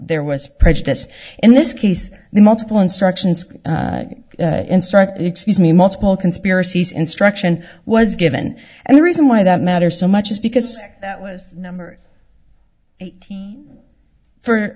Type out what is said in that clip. there was prejudice in this case the multiple instructions instruct excuse me multiple conspiracies instruction was given and the reason why that matters so much is because that was number eight for